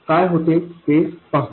काय होते ते पाहू